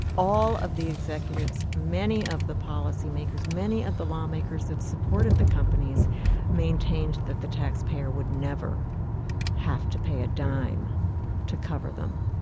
all of the executives, many of the policymakers, many of the lawmakers that supported the companies maintained that the taxpayer would never have to pay a dime to cover them.